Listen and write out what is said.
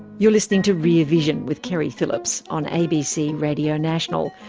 you're listening to rear vision with keri phillips on abc radio national.